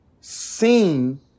seen